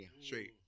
Straight